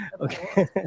Okay